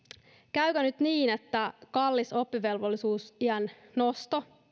käykö nyt niin että kallis oppivelvollisuusiän nosto josta